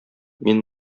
мин